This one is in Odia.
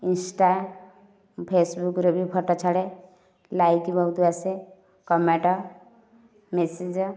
ଇନଷ୍ଟା ମୁଁ ଫେସବୁକରେ ବି ଫଟୋ ଛାଡ଼େ ଲାଇକ ବହୁତ ଆସେ କମେଣ୍ଟ ମେସେଜ